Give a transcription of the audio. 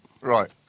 Right